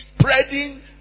spreading